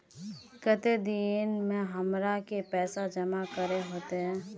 केते दिन में हमरा के पैसा जमा करे होते?